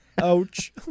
Ouch